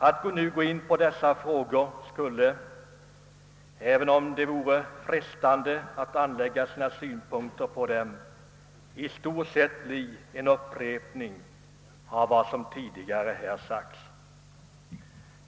Att nu gå in på dessa frågor skulle, även om det vore frestande att anlägga sina synpunkter på dem, i stort sett bli en upprepning av vad som tidigare sagts.